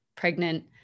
pregnant